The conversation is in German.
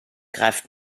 greift